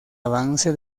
avance